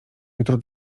jutro